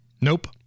Nope